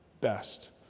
best